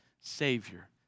Savior